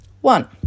One